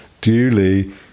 duly